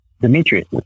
Demetrius